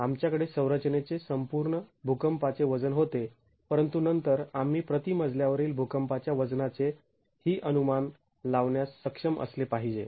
आमच्याकडे संरचनेचे संपूर्ण भूकंपाचे वजन होते परंतु नंतर आम्ही प्रति मजल्यावरील भूकंपाच्या वजनाचे ही अनुमान लावण्यास सक्षम असले पाहिजे